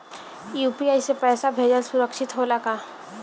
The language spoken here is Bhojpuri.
यू.पी.आई से पैसा भेजल सुरक्षित होला का?